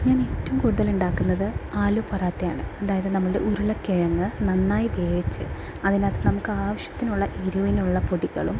ഞാൻ ഏറ്റവും കൂടുതൽ ഉണ്ടാക്കുന്നത് ആലു പൊറാത്തയാണ് അതായത് നമ്മുടെ ഉരുളക്കിഴങ്ങ് നന്നായി വേവിച്ച് അതിനകത്ത് നമുക്ക് ആവശ്യത്തിനുള്ള എരിവിനുള്ള പൊടികളും